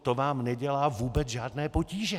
To vám nedělá vůbec žádné potíže.